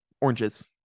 Oranges